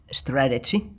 strategy